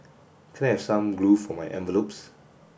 can I have some glue for my envelopes